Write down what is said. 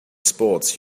sports